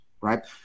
right